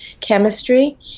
chemistry